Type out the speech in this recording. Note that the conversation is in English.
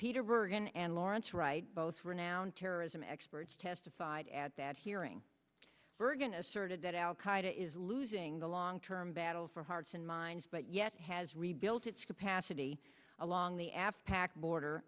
peter bergen and lawrence wright both renowned terrorism experts testified at that hearing bergen asserted that al qaida is losing the long term battle for hearts and minds but yet has rebuilt its capacity along the afghan border